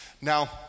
Now